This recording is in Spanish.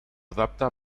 adapta